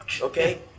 Okay